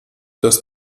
das